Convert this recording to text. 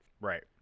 right